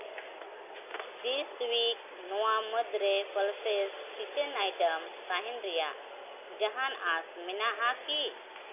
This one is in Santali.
ᱫᱤᱥ ᱩᱭᱤᱠ ᱱᱚᱣᱟ ᱢᱩᱫᱽ ᱨᱮ ᱯᱟᱞᱥᱮᱥ ᱠᱤᱪᱮᱱ ᱟᱭᱴᱮᱢ ᱛᱟᱦᱮᱸᱱ ᱨᱮᱭᱟᱜ ᱡᱟᱦᱟᱸᱱ ᱟᱸᱥ ᱢᱮᱱᱟᱜᱼᱟᱠᱤ